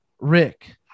rick